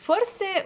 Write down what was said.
Forse